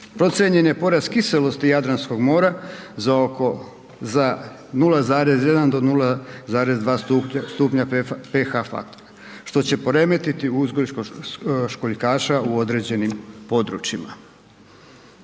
Procijenjen je porast kiselosti Jadranskog mora za oko, za 0,1 do 0,2 stupnja pH faktora što će poremetiti uzgoj školjkaša u određenim područjima.